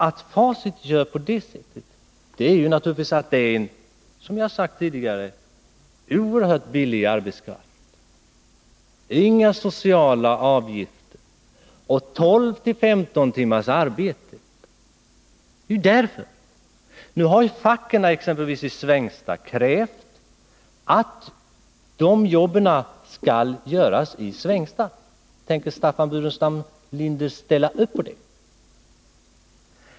Att Facit gör på det sättet beror naturligtvis på, som jag har sagt tidigare, att arbetskraften är oerhört billig i Singapore - inga sociala avgifter och 12-15 timmars arbetsdag. Nu har facken i Svängsta krävt att jobben skall göras i Svängsta. Tänker Staffan Burenstam Linder ställa upp på det?